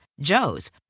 Joe's